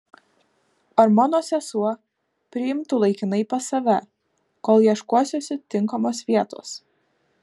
ar mano sesuo priimtų laikinai pas save kol ieškosiuosi tinkamos vietos